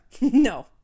No